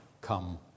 come